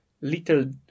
Little